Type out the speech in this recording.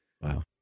Wow